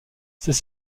ces